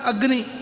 Agni